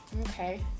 Okay